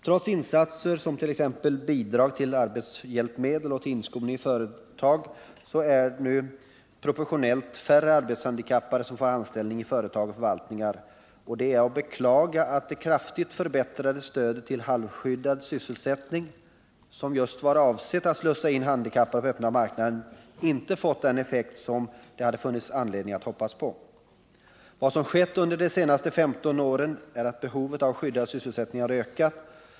Trots insatser som t.ex. bidrag till arbetshjälpmedel och till inskolning i företag, är det nu proportionellt färre arbetshandikappade som får anställning i företag och förvaltningar, och det är att beklaga att det kraftigt förbättrade stödet till halvskyddad sysselsättning, som just var avsett att slussa in handikappade på öppna marknaden, inte fått den effekt som det hade funnits anledning att hoppas på. Vad som skett under de senaste 15 åren är att behovet av skyddad sysselsättning har ökat.